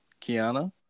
Kiana